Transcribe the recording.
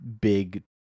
big